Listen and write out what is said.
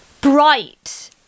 bright